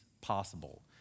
possible